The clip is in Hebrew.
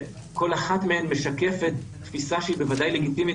שכל אחת מהן משקפת תפיסה שהיא בוודאי לגיטימית